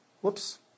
Whoops